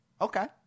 Okay